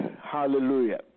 Hallelujah